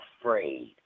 afraid